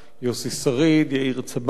יוסי שריד, יאיר צבן,